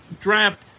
draft